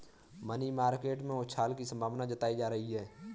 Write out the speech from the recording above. money market में उछाल की संभावना जताई जा रही है